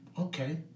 okay